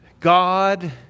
God